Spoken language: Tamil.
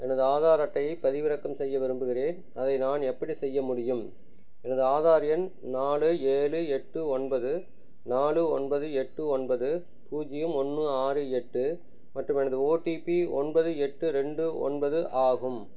எனது ஆதார் அட்டையை பதிவிறக்கம் செய்ய விரும்புகிறேன் அதை நான் எப்படி செய்ய முடியும் எனது ஆதார் எண் நாலு ஏழு எட்டு ஒன்பது நாலு ஒன்பது எட்டு ஒன்பது பூஜ்ஜியம் ஒன்று ஆறு எட்டு மற்றும் எனது ஓடிபி ஒன்பது எட்டு ரெண்டு ஒன்பது ஆகும்